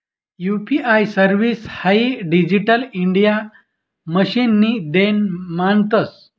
UPI service हाई digital India मिशननी देन मानतंस